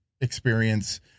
experience